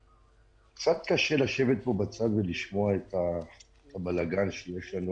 קצת קשה לשבת פה בצד ולשמוע את הבלגן שיש פה.